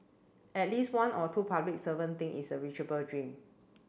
at least one or two public servants think it's a reachable dream